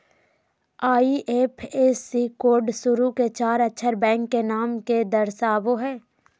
IFSC code शुरू के चार अक्षर बैंक के नाम के दर्शावो हइ